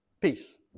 peace